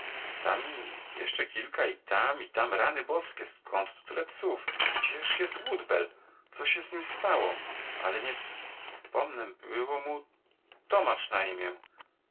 tam jeszcze kilka i tam i tam rany boskie zkąd tu tyle psów gdzież jest woodbell coś się z nim stało ale nie pomnę było mu tomasz na imię